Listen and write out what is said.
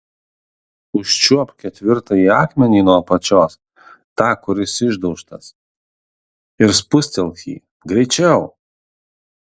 užčiuopk ketvirtąjį akmenį nuo apačios tą kuris išdaužtas ir spustelk jį greičiau